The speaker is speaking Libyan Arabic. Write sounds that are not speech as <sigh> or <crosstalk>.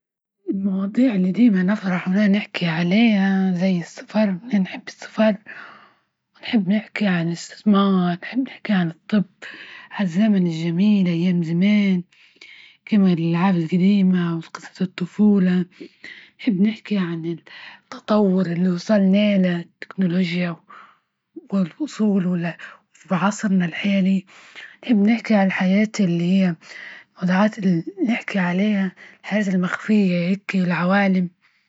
المواضيع اللي ديما أفرح وأنا نحكي عليها زي السفر نحب السفر ونحب نحكي عن الإستسمار نحب نحكي عن الطب هالزمن الجميل أيام زمان كمان العادة الجديمة قصص الطفولة، نحب نحكي عن التطور اللي وصلنالة التكنولوجيا والعصور وعصرنا الحالي نحب نحكي عن الحياة الوضعات <hesitation> اللي نحكي عليها هذا المخفية هكي العوالم.